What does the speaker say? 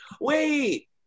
Wait